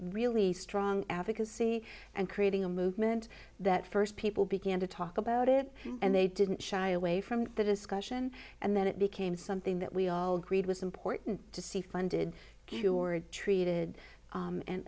really strong advocacy and creating a movement that first people began to talk about it and they didn't shy away from the discussion and that it became something that we all agreed was important to see funded